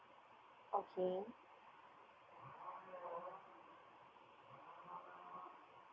okay